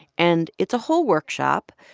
and it's a whole workshop,